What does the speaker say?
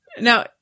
Now